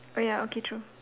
oh ya okay true